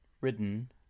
written